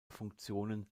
funktionen